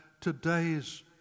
today's